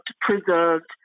preserved